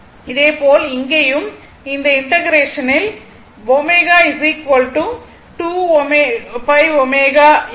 இதேபோல் இங்கேயும் இந்த இண்டெகரேஷனில் ω t 2πω என பயன்படுத்தலாம்